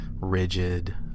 rigid